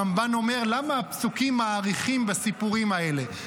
הרמב"ן אומר: למה הפסוקים מאריכים בסיפורים האלה,